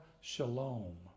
shalom